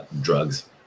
drugs